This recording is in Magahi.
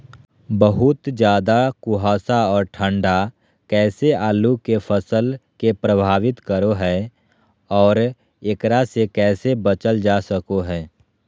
बहुत ज्यादा कुहासा और ठंड कैसे आलु के फसल के प्रभावित करो है और एकरा से कैसे बचल जा सको है?